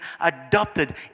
adopted